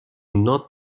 not